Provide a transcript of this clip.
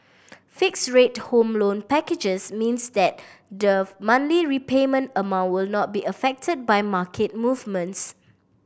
fixed rate Home Loan packages means that the monthly repayment amount will not be affected by market movements